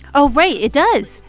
oh, right. it does.